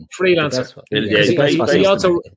Freelancer